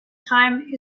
time